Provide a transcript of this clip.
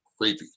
creepy